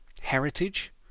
heritage